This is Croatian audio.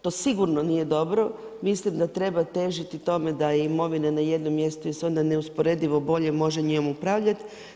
To sigurno nije dobro, mislim da treba težiti tome da je imovina na jednom mjestu jer se onda neusporedivo bolje može njom upravljati.